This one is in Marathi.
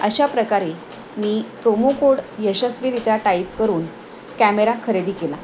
अशा प्रकारे मी प्रोमो कोड यशस्वीरित्या टाईप करून कॅमेरा खरेदी केला